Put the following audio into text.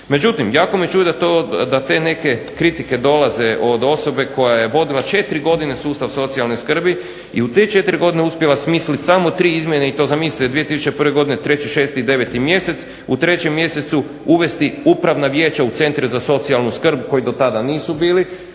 Međutim, jako me čudi da te neke kritike dolaze od osobe koja je vodila 4 godine sustav socijalne skrbi i u te 4 godine uspjela smisliti samo 3 izmjene i to zamislite 2001. godine 3., 6. i 9. mjesec. U 3. mjesecu uvesti upravna vijeća u centre za socijalnu skrb koji dotada nisu bili,